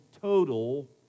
total